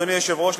אדוני היושב-ראש,